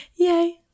Yay